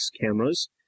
cameras